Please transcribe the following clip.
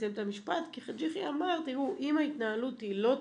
כי חאג' יחיא אמר, תראו, אם ההתנהלות היא לא טובה,